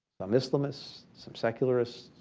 some islamists, some secularists,